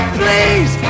please